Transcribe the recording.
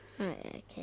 Okay